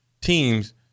teams